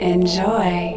Enjoy